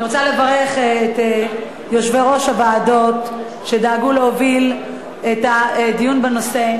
אני רוצה לברך את יושבי-ראש הוועדות שדאגו להוביל את הדיון בנושא,